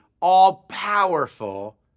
all-powerful